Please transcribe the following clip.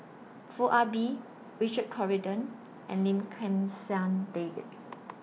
Foo Ah Bee Richard Corridon and Lim Kim San David